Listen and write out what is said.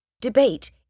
debate